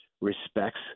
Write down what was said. respects